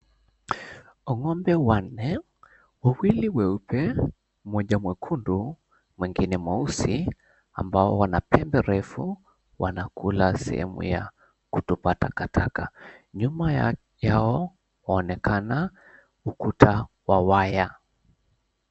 Ng'ombe wanne, wawili weupe, mmoja mwekundu, mwengine mweusi ambao wanapembe refu, wanakula sehemu ya kutupa takataka. Nyuma yao waonekana ukuta wa waya.